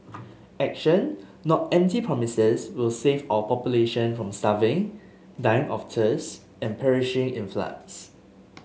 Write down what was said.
action not empty promises will save our populations from starving dying of thirst and perishing in floods